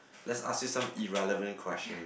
let's ask you some irrelevant questions